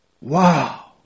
Wow